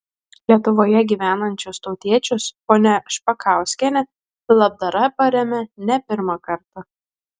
lietuvoje gyvenančius tautiečius ponia špakauskienė labdara paremia ne pirmą kartą